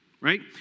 right